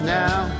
now